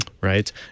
Right